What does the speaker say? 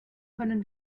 können